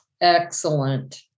excellent